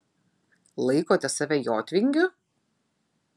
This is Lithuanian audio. laikote save jotvingiu